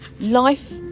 Life